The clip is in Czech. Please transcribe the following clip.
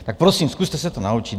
Tak prosím, zkuste se to naučit.